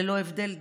ללא הבדלי דת,